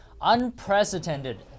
unprecedented